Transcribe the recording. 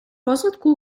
розвитку